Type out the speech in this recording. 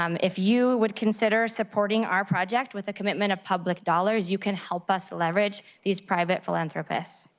um if you would consider supporting our project with the commitment of public dollars, you can help us leverage these private philanthropists.